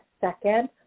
second